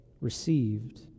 received